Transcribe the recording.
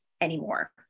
anymore